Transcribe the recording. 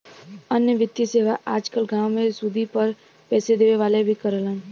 अन्य वित्तीय सेवा आज कल गांव में सुदी पर पैसे देवे वाले भी करलन